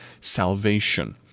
salvation